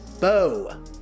Bo